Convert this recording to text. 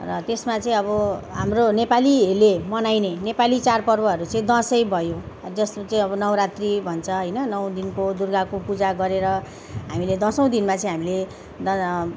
र त्यसमा चाहिँ अब हाम्रो नेपालीले मनाइने नेपाली चाडपर्वहरू चाहिँ दसैँ भयो जसमा चाहिँ अब नवरात्री भन्छ होइन नौ दिनको दुर्गाको पूजा गरेर हामीले दसौँ दिनमा चाहिँ हामीले द